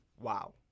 wow